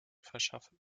verschaffen